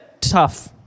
tough